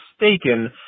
mistaken